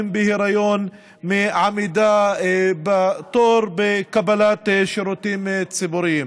בהיריון מעמידה בתור בקבלת שירותים ציבוריים.